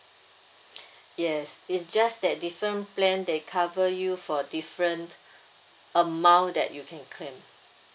yes it just that different plan they cover you for different amount that you can claim